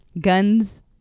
guns